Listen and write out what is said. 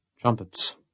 trumpets